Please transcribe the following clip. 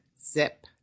Zip